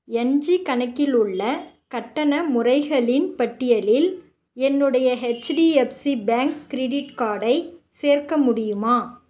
என் G கணக்கில் உள்ள கட்டண முறைகளின் பட்டியலில் என்னுடைய ஹெச்டிஎஃப்சி பேங்க் கிரெடிட் கார்டை சேர்க்க முடியுமா